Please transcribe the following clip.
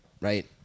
right